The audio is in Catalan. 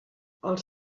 els